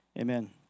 amen